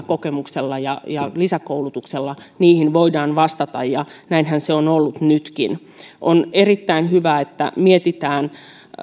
kokemuksella ja ja lisäkoulutuksella niihin voidaan vastata ja näinhän se on ollut nytkin on erittäin hyvä että tätä mietitään